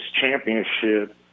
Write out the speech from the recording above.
championship